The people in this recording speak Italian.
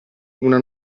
una